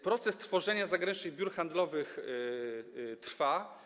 Proces tworzenia zagranicznych biur handlowych trwa.